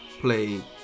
play